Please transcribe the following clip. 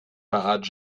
parade